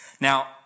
Now